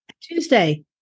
Tuesday